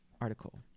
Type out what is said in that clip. Article